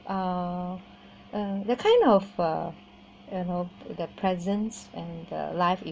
uh uh the kind of uh you know the presence and the life